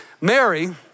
Mary